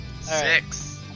Six